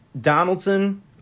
Donaldson